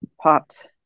popped